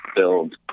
build